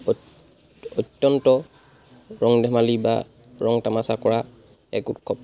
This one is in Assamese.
অত্ অত্যন্ত ৰং ধেমালি বা ৰং তামাচা কৰা এক উৎসৱ